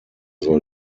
soll